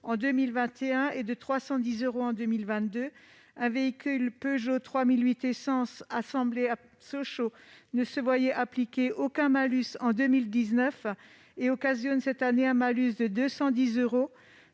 en 2021 et 310 euros en 2022. Un véhicule Peugeot 3008 à essence, assemblé à Sochaux, ne se voyait appliquer aucun malus en 2019, alors qu'il occasionne cette année un malus de 210 euros.